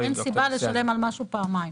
אין סיבה לשלם על משהו פעמיים.